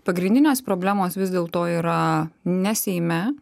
pagrindinės problemos vis dėl to yra ne seime